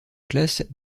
classe